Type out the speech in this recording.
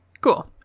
cool